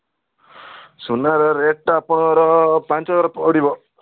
ସୁନାର ରେଟ୍ ତ ଆପଣଙ୍କର ପାଞ୍ଚହଜାର ପଡ଼ିବ